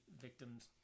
victims